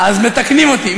אז מתקנים אותי.